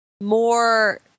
more